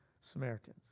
Samaritans